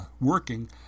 working